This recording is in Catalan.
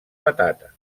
patata